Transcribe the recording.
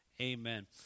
Amen